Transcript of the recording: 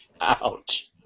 Ouch